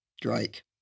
Drake